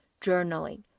journaling